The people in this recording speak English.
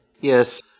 Yes